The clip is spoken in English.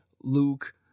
luke